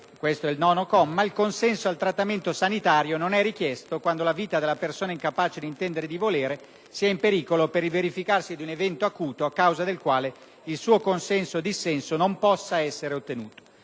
«il consenso al trattamento sanitario non è richiesto quando la vita della persona incapace di intendere o di volere sia in pericolo per il verificarsi di un evento acuto a causa del quale il suo consenso o dissenso non possa essere ottenuto».